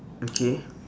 okay